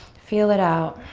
feel it out.